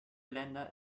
länder